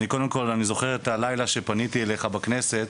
אני זוכר את הלילה שפניתי אליך בכנסת,